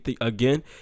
again